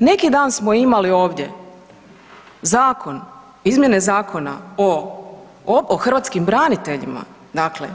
Neki dan smo imali ovdje zakon, izmjene Zakona o hrvatskim braniteljima, dakle